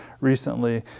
recently